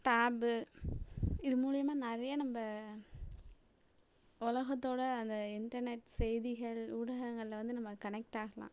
tab இது மூலயமா நிறையா நம்ம உலகத்தோட அந்த இன்டர்நெட் செய்திகள் ஊடகங்கள்ல வந்து நம்ம கனெக்ட் ஆகலாம்